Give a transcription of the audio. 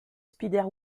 spider